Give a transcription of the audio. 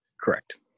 Correct